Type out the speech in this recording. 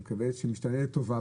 אני מקווה שמשתנה לטובה,